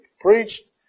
preached